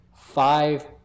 five